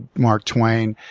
mark twain,